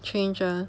change ah